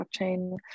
blockchain